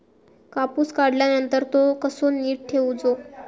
कापूस काढल्यानंतर तो कसो नीट ठेवूचो?